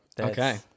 Okay